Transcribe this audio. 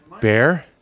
Bear